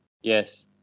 Yes